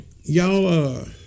Y'all